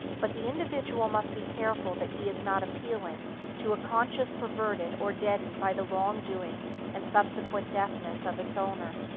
but the individual must be careful that he is not appealing to a conscience perverted or deadened by the wrongdoing and subsequent deafness of its owner.